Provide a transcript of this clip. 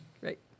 Great